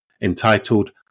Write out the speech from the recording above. entitled